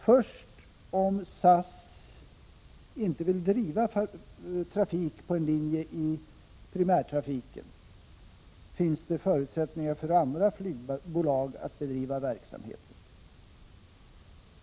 Först om SAS inte vill driva trafik på en linje i primärtrafiken finns det förutsättningar för andra flygbolag att bedriva verksamheten.